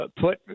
Put